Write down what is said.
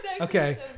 okay